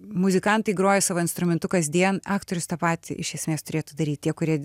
muzikantai groja savo instrumentu kasdien aktorius tą patį iš esmės turėtų daryt tie kurie